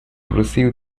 receive